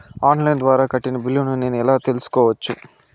On line ద్వారా కట్టిన బిల్లును నేను ఎలా తెలుసుకోవచ్చు?